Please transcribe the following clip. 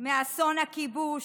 מאסון הכיבוש.